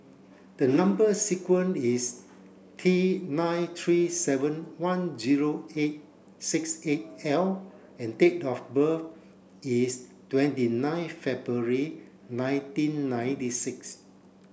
the number sequence is T nine three seven one zero eight six eight L and date of birth is twenty nine February nineteen ninety six